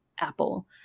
Apple